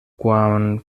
quan